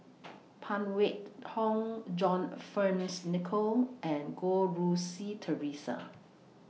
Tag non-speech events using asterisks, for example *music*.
*noise* Phan Wait Hong John *noise* Fearns Nicoll and Goh Rui Si Theresa *noise*